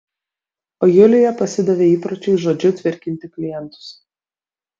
o julija pasidavė įpročiui žodžiu tvirkinti klientus